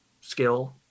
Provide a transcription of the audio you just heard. skill